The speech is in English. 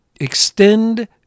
extend